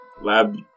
lab